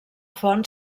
font